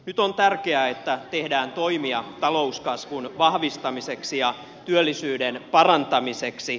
nyt on tärkeää että tehdään toimia talouskasvun vahvistamiseksi ja työllisyyden parantamiseksi